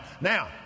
Now